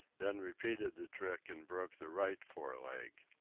then repeated the trick and broke the right fore leg.